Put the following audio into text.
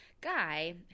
guy